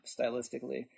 stylistically